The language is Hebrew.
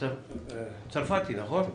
אבי צרפתי בבקשה.